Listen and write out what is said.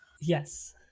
Yes